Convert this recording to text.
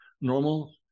Normal